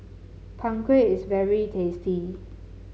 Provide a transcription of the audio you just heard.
Png Kueh is very tasty